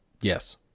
Yes